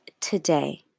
today